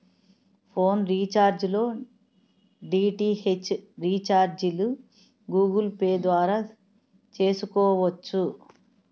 phone recharge లో DTH రీఛార్జిలు Google Pay ద్వారా చేసుకోవచ్చు